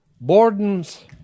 Borden's